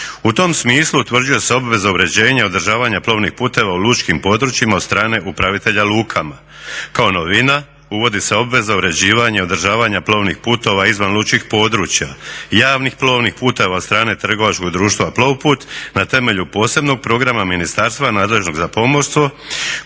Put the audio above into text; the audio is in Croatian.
U tom smislu utvrđuju se obveze uređenja i održavanja plovnih puteva u lučkim područjima od strane upravitelja lukama. Kao novina uvodi se obveza uređivanja i održavanja plovnih putova izvan lučkih područja, javnih plovnih puteva od strane trgovačkog društva Plovput na temelju posebnog programa ministarstva nadležnog za pomorstvo